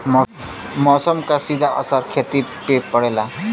मौसम क सीधा असर खेती पे पड़ेला